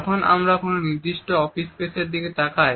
যখন আমরা কোন নির্দিষ্ট অফিস স্পেস এর দিকে তাকাই